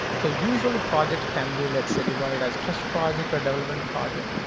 so usually, project can be, let's say, divided as test project or development project.